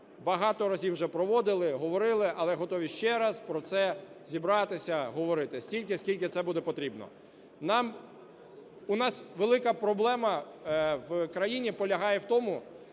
багато разів вже проводили, говорили, але готові ще раз про це зібратися, говорити стільки, скільки це буде потрібно. У нас велика проблема в країні полягає в тому,